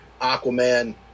Aquaman